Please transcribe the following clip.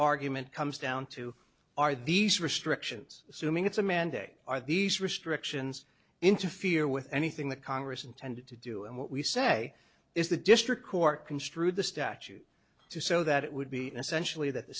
argument comes down to are these restrictions assuming it's a mandate are these restrictions interfere with anything that congress intended to do and what we say is the district court construed the statute so that it would be essentially that the